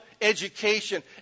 education